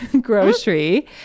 Grocery